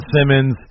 Simmons